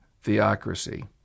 theocracy